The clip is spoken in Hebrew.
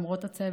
למרות הצבע,